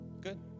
Good